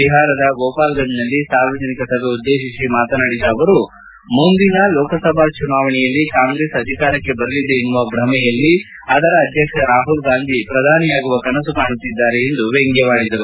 ಬಿಹಾರದ ಗೋಪಾಲ್ಗಂಜ್ನಲ್ಲಿ ಸಾರ್ವಜನಿಕ ಸಭೆ ಉದ್ದೇಶಿಸಿ ಮಾತನಾಡಿದ ಅವರು ಮುಂದಿನ ಲೋಕಸಭಾ ಚುನಾವಣೆಯಲ್ಲಿ ಕಾಂಗ್ರೆಸ್ ಪಕ್ಷ ಅಧಿಕಾರಕ್ಕೆ ಬರಲಿದೆ ಎನ್ನುವ ಭ್ರಮೆಯಲ್ಲಿ ಅದರ ಅಧ್ಯಕ್ಷ ರಾಹುಲ್ ಗಾಂಧಿ ಪ್ರಧಾನಿಯಾಗುವ ಕನಸು ಕಾಣುತ್ತಿದ್ದಾರೆ ಎಂದರು